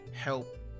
help